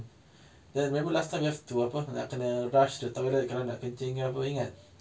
then remember last time you have to apa nak kena rush the toilet kalau nak kencing ke apa ingat